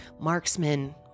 marksman